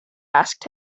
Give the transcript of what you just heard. asked